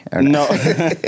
No